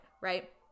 right